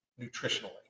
nutritionally